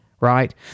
right